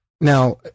Now